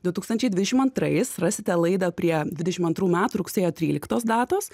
du tūkstančiai dvidešim antrais rasite laidą prie dvidešim antrų metų rugsėjo tryliktos datos